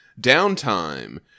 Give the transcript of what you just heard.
downtime